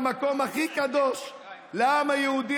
למקום הכי קדוש לעם היהודי,